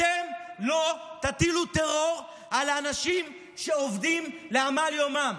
אתם לא תטילו טרור על האנשים שעובדים בעמל יומם.